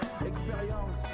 Expérience